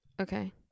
Okay